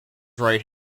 right